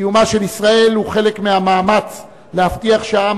קיומה של ישראל הוא חלק מהמאמץ להבטיח שהעם